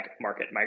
market